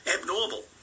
abnormal